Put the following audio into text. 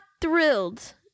thrilled